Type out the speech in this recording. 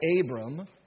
Abram